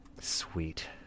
Sweet